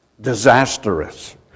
disastrous